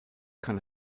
kann